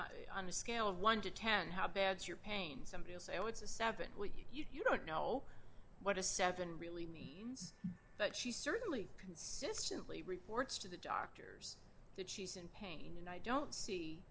on a scale of one to ten how bad your pain somebody else i know it's a seven when you don't know what a seven really mean but she certainly consistently reports to the doctors that she's in pain and i don't see